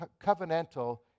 covenantal